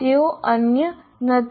તેઓ અનન્ય નથી